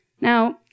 Now